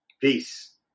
Peace